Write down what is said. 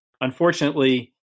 unfortunately